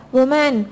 Woman